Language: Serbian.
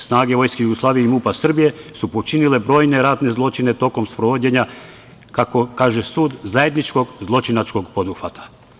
Snage Vojske Jugoslavije i MUP-a Srbije su počinile brojne ratne zločine tokom sprovođenja, kako kaže sud, zajedničkog zločinačkog poduhvata.